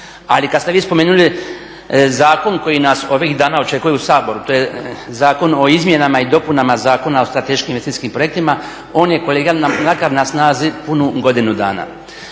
Ali kad ste vi spomenuli zakon koji nas ovih dana očekuje u Saboru, to je Zakon o izmjenama i dopunama Zakona o strateškim investicijskim projektima on je kolega Mlakar na snazi punu godinu dana.